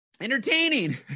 entertaining